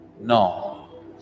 No